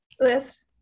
list